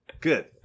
Good